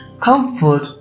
comfort